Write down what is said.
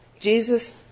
Jesus